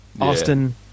Austin